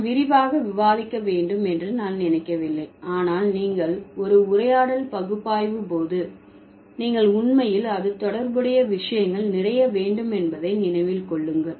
நான் விரிவாக விவாதிக்க வேண்டும் என்று நான் நினைக்கவில்லை ஆனால் நீங்கள் ஒரு உரையாடல் பகுப்பாய்வு போது நீங்கள் உண்மையில் அது தொடர்புடைய விஷயங்கள் நிறைய வேண்டும் என்பதை நினைவில் கொள்ளுங்கள்